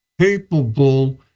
capable